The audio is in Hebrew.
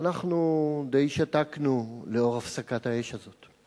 ואנחנו די שתקנו לאור הפסקת האש הזאת.